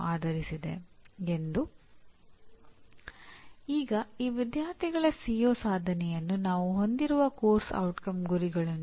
ಆದ್ದರಿಂದ ಪ್ರಮುಖ ಪದಗಳನ್ನು ದಯವಿಟ್ಟು ಗಮನಿಸಿ